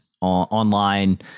online